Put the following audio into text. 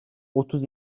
otuz